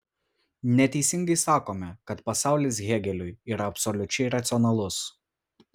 neteisingai sakome kad pasaulis hėgeliui yra absoliučiai racionalus